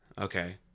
okay